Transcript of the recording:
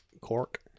Cork